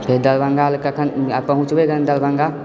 दरभङ्गा लऽ कखन पहुँचबै कखन दरभङ्गा